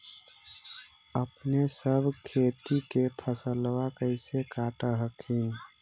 अपने सब खेती के फसलबा कैसे काट हखिन?